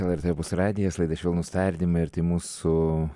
lrt opus radijas laida švelnūs tardymai ir tai mūsų